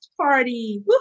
party